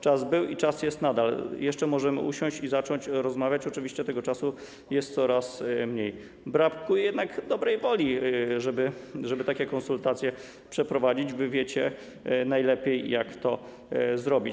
Czas był i czas jest nadal, jeszcze możemy usiąść i zacząć rozmawiać - oczywiście tego czasu jest coraz mniej - brakuje jednak dobrej woli, żeby takie konsultacje przeprowadzić, bo wy wiecie najlepiej, jak to zrobić.